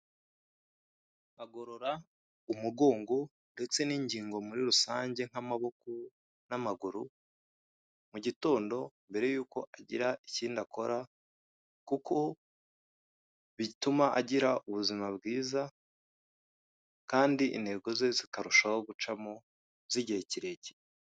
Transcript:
Agorora umugongo ndetse n'ingingo muri rusange, nk'amaboko n'amaguru, mu gitondo mbere yuko agira ikindi akora, kuko bituma agira ubuzima bwiza kandi intego ze zikarushaho gucamo z'igihe kirekire.